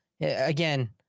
Again